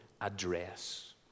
address